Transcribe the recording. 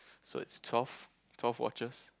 so it's twelve twelve watches